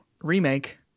Remake